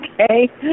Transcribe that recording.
Okay